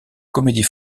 comédie